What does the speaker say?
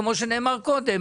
כמו שנאמר קודם,